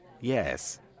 Yes